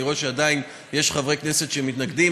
ואני רואה שעדיין יש חברי כנסת שמתנגדים.